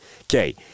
Okay